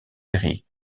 série